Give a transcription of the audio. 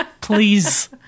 please